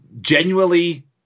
genuinely